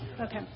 okay